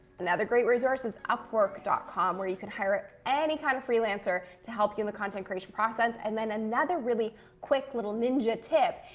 another great resource is upwork com, where you can hire any kind of freelancer to help you in the content creation process. and then another really quick little ninja tip,